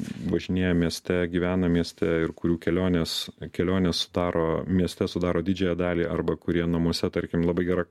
važinėja mieste gyvena mieste ir kurių kelionės kelionės sudaro mieste sudaro didžiąją dalį arba kurie namuose tarkim labai gera